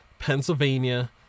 Pennsylvania